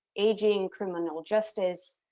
aging, criminal justice,